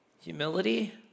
Humility